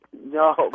No